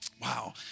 Wow